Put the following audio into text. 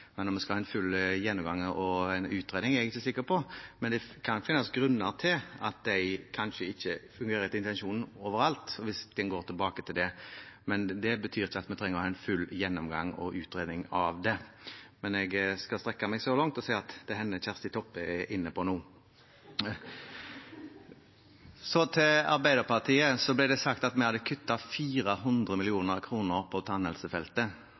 vi skal ha en full gjennomgang og en utredning, er jeg ikke sikker på. Det kan finnes grunner til at de kanskje ikke overalt fungerer etter intensjonen, men det betyr ikke at vi trenger å ha en full gjennomgang og utredning av det. Men jeg skal strekke meg så langt som til å si at det hender Kjersti Toppe er inne på noe. Så til Arbeiderpartiet: Det ble sagt at vi hadde kuttet 400 mill. kr på tannhelsefeltet.